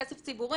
זה כסף ציבורי,